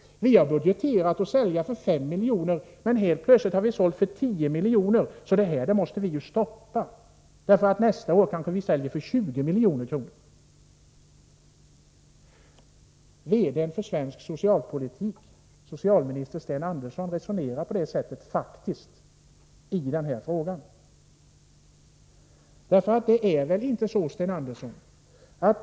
Vi har budgeterat för att sälja för 5 milj.kr., men helt plötsligt har vi sålt för 10 miljoner. Det här måste vi ju stoppa, eftersom vi nästa år kanske säljer för 20 milj.kr. VD-n för svensk socialpolitik, socialminister Sten Andersson, resonerar faktiskt på det sättet i den här frågan.